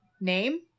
name